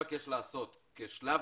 יושבת לנו נטע ממשרד האוצר,